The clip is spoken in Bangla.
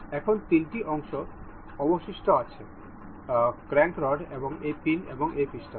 এখন তিনটি অংশ অবশিষ্ট আছে ক্র্যাঙ্ক রড এবং এই পিন এবং পিস্টন